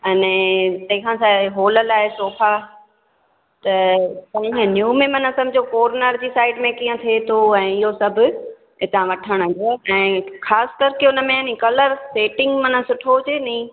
अने तंहिं खां सवाइ हॉल लाइ सोफ़ा त न्यू में माना समुझो कोनर जी साइड में कीअं थिए थो ऐं इहो सभु हितां वठण जो ऐं ख़ासि कर के हुन में आहे नी कलर सेटिंग माना सुठो हुजे नी